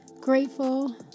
grateful